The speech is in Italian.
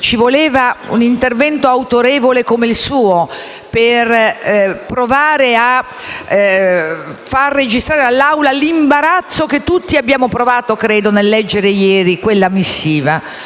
Ci voleva un intervento autorevole come il suo, per provare a far registrare all'Assemblea l'imbarazzo che credo tutti abbiamo provato nel leggere ieri quella missiva,